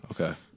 Okay